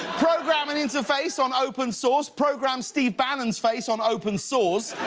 program an interface on open source. program steve bannon's face on open sores.